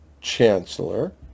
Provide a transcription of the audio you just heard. chancellor